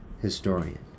historian